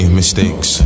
mistakes